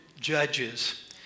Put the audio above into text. Judges